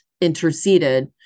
interceded